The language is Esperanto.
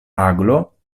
aglo